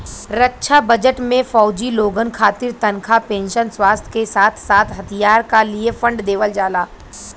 रक्षा budget में फौजी लोगन खातिर तनखा पेंशन, स्वास्थ के साथ साथ हथियार क लिए फण्ड देवल जाला